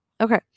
Okay